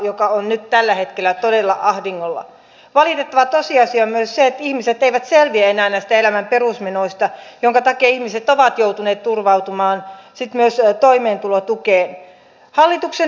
sivistysvaliokunta on mietinnössään nostanut asian esille ja esittänyt että ihmiset eivät selviä enää näistä elämän perusmenoista jonka takia ihmiset ovat joutuneet tuotantokannustinjärjestelmää pitäisi alkaa kehittämään